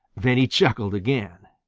then he chuckled again.